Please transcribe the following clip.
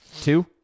Two